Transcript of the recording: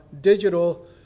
Digital